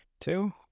Two